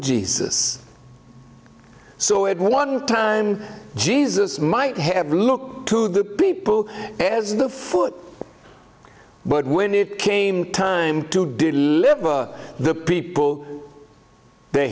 jesus so it one time jesus might have looked to the people as the foot but when it came time to deliver the people the